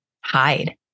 hide